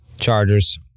Chargers